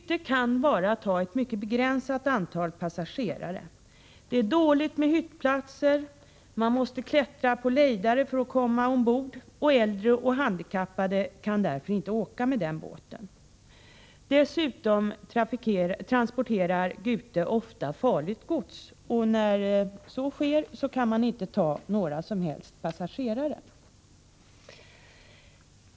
Den kan bara ta ett mycket begränsat antal passagerare, och det är dåligt med hyttplatser. Passagerarna måste klättra på lejdare för att komma ombord. Äldre och handikappade kan därför inte åka med den båten. Dessutom transporterar Gute ofta farligt gods. När så sker kan man inte ta några som helst passagerare.